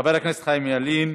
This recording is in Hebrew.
חבר הכנסת חיים ילין.